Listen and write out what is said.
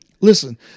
listen